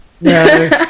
No